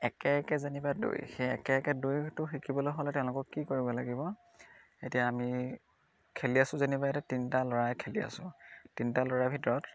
একে একে যেনিবা দুই সেই একে একে দুইটো শিকিবলৈ হ'লে তেওঁলোকক কি কৰিব লাগিব এতিয়া আমি খেলি আছোঁ যেনিবা এতিয়া তিনিটা ল'ৰাই খেলি আছোঁ তিনিটা ল'ৰাৰ ভিতৰত